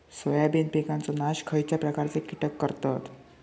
Soybean पिकांचो नाश खयच्या प्रकारचे कीटक करतत?